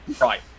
Right